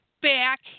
back